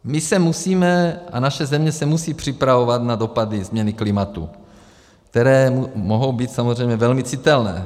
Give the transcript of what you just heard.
My se musíme a naše země se musí připravovat na dopady změny klimatu, které mohou být samozřejmě velmi citelné.